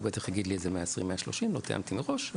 הוא בטח יגיד לי איזה 120-130; לא תיאמתי מראש,